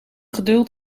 geduld